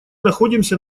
находимся